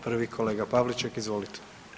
Prvi kolega Pavliček, izvolite.